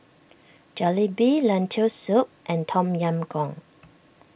Jalebi Lentil Soup and Tom Yam Goong